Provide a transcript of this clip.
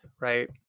right